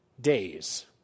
days